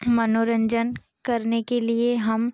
मनोरंजन करने के लिए हम